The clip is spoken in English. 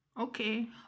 Okay